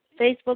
Facebook